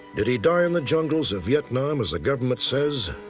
did he die in the jungles of vietnam as the government says?